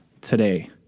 today